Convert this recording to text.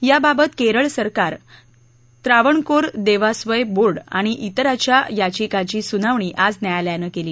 याबाबत केरळ सरकार त्रावणकोर देवास्वयं बोर्ड आणि इतराच्या याचिकाची सुनावणी आज न्यायालयानं केली